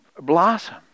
blossom